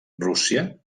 rússia